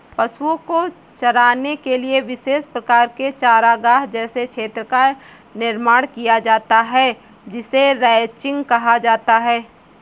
पशुओं को चराने के लिए विशेष प्रकार के चारागाह जैसे क्षेत्र का निर्माण किया जाता है जिसे रैंचिंग कहा जाता है